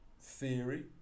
theory